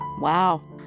Wow